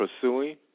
pursuing